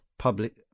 public